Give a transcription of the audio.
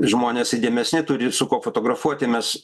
žmonės įdėmesni turi su kuo fotografuoti mes